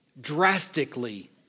Drastically